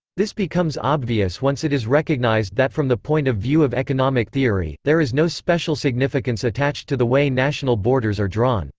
this becomes obvious once it is recognized that from the point of view of economic theory, there is no special significance attached to the way national borders are drawn.